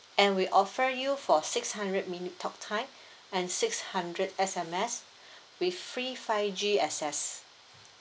and we offer you for six hundred minute talk time and six hundred S_M_S with free five G access